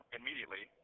immediately